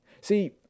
See